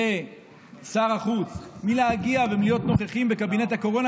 לשר החוץ מלהגיע ולהיות נוכחים בקבינט הקורונה,